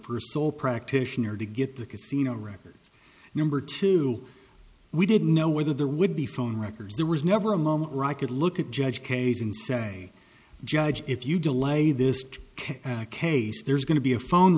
a sole practitioner to get the casino records number two we didn't know whether there would be phone records there was never a moment rocket look at judge kazan say judge if you delay this ok case there's going to be a phone